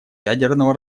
ядерного